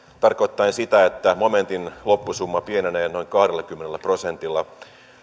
tarkoittaen sitä että momentin loppusumma pienenee noin kahdellakymmenellä prosentilla